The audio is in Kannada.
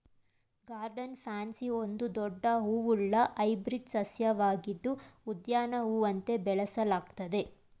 ಗಾರ್ಡನ್ ಪ್ಯಾನ್ಸಿ ಒಂದು ದೊಡ್ಡ ಹೂವುಳ್ಳ ಹೈಬ್ರಿಡ್ ಸಸ್ಯವಾಗಿದ್ದು ಉದ್ಯಾನ ಹೂವಂತೆ ಬೆಳೆಸಲಾಗ್ತದೆ